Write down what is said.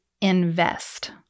invest